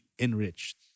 enriched